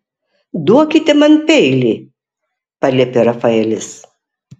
duokite man peilį paliepė rafaelis